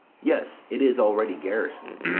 yes, it is already garrison'd.